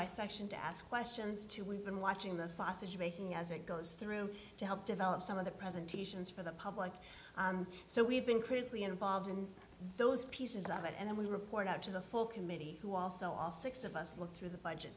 by section to ask questions to we've been watching the sausage making as it goes through to help develop some of the presentations for the public so we've been critically involved in those pieces of it and then we report out to the full committee who also all six of us looked through the budget